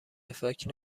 فکر